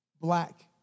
black